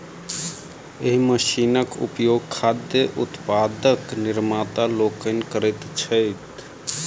एहि मशीनक उपयोग खाद्य उत्पादक निर्माता लोकनि करैत छथि